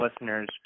listeners